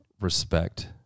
respect